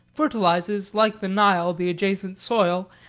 fertilizes, like the nile, the adjacent soil,